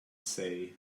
say